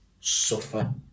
suffer